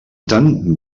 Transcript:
tant